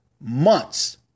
months